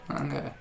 Okay